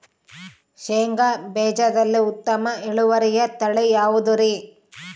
ಶೇಂಗಾ ಬೇಜದಲ್ಲಿ ಉತ್ತಮ ಇಳುವರಿಯ ತಳಿ ಯಾವುದುರಿ?